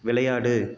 விளையாடு